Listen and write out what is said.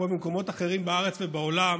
כמו במקומות אחרים בארץ ובעולם,